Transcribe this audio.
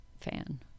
fan